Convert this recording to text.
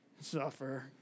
suffer